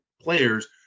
players